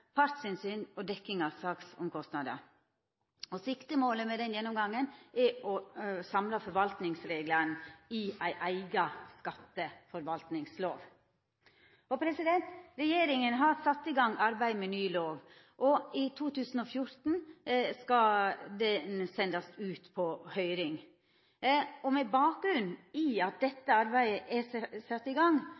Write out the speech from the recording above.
partsinnsyn og dekning av sakskostnader. Siktemålet med gjennomgangen er å samla forvaltningsreglane i ei eiga skatteforvaltningslov. Regjeringa har sett i gang arbeid med ny lov, og i 2014 skal ho sendast ut på høyring. Med bakgrunn i at dette arbeidet er sett i gang,